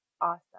awesome